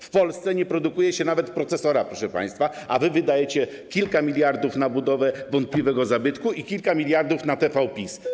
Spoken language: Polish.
W Polsce nie produkuje się nawet procesora, proszę państwa, a wy wydajecie kilka miliardów na budowę wątpliwego zabytku i kilka miliardów na TV PiS.